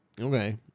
okay